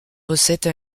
recettes